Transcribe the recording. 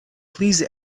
please